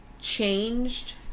changed